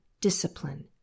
discipline